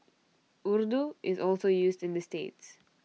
Urdu is also used in the states